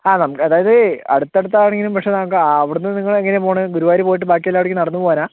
ആ നമുക്ക് അതായത് അടുത്തടുത്ത് ആണേലും പക്ഷേ നമുക്ക് അവിടുന്ന് നിങ്ങള് എങ്ങനെയാണ് പോകുന്നേ ഗുരുവായൂര് പോയിട്ട് ബാക്കിയെല്ലായിടത്തും നിങ്ങൾ നടന്ന് പോവാനാ